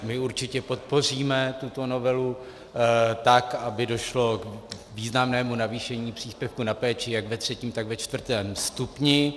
My určitě podpoříme tuto novelu tak, aby došlo k významnému navýšení příspěvku na péči jak ve třetím, tak ve čtvrtém stupni.